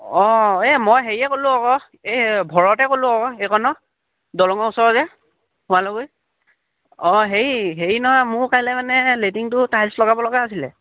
অঁ এই মই হেৰিয়ে ক'লোঁ আকৌ এই ভৰতে ক'লোঁ আকৌ সেইকণৰ দলঙৰ ওচৰৰে যে গুৱালগুৰি অঁ হেৰি হেৰি নহয় মোৰ কাইলৈ মানে লেট্ৰিনটো টাইলছ্ লগাব লগা আছিলে